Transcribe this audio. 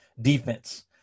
defense